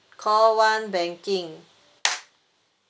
call one banking